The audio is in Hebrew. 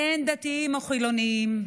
אין דתיים או חילונים,